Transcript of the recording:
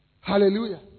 Hallelujah